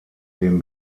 den